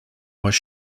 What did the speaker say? was